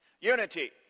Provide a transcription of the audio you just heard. Unity